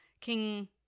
King